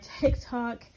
TikTok